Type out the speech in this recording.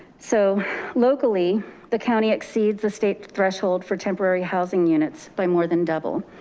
so locally the county exceeds the state threshold for temporary housing units by more than double.